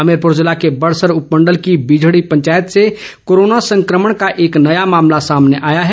हमीरपुर जिले के बड़सर उपमंडल की बिझड़ी पंचायत से कोरोना संक्रमण का एक नया मामला सामने आया है